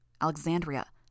Alexandria